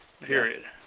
Period